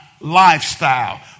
lifestyle